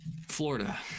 Florida